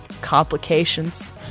complications